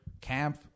Camp